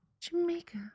Jamaica